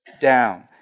down